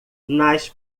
nas